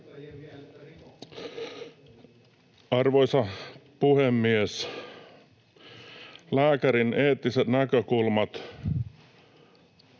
Arvoisa puhemies! Lääkärin eettiset näkökulmat